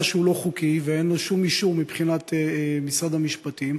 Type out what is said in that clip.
שהוא לא חוקי ואין לו שום אישור מבחינת משרד המשפטים.